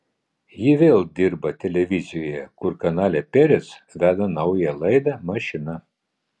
ji vėl dirba televizijoje kur kanale perec veda naują laidą mašina